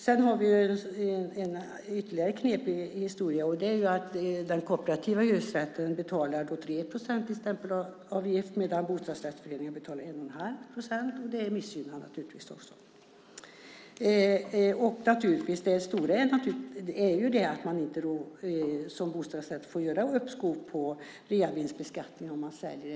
Vi har ytterligare en knepig historia. Det är att den kooperativa hyresrätten betalar 3 procent i stämpelavgift medan bostadsrättsföreningar betalar 1 1⁄2 procent. Det missgynnar givetvis också. Det största är att man som innehavare av en kooperativ hyresrätt inte kan få uppskov med reavinstbeskattningen när man säljer.